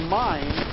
mind